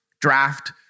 draft